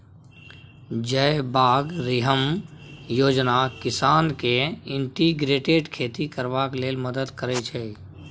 जयबागरिहम योजना किसान केँ इंटीग्रेटेड खेती करबाक लेल मदद करय छै